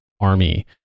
Army